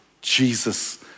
Jesus